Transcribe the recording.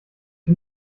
dem